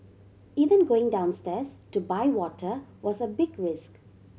even going downstairs to buy water was a big risk